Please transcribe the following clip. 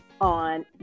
on